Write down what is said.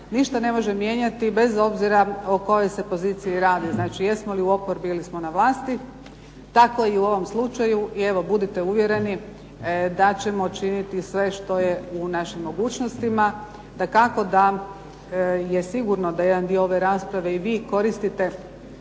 ništa ne može mijenjati, bez obzira o kojoj se poziciji radi. Znači jesmo li u oporbi ili smo na vlasti. Tako i u ovom slučaju. I evo budite uvjereni da ćemo činiti sve što je u našim mogućnostima. Dakako da je sigurno da jedan dio ove rasprave i vi koristite